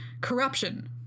Corruption